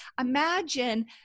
Imagine